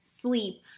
sleep